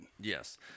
Yes